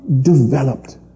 developed